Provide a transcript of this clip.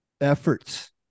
efforts